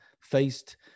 faced